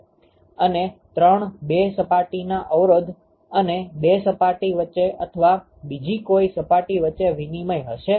અને 32 સપાટીના અવરોધ અને 2 સપાટી વચ્ચે અથવા બીજી કોઈ સપાટી વચ્ચે વિનિમય થશે